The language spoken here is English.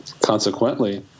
consequently